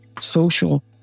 social